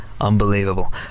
Unbelievable